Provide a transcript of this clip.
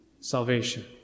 salvation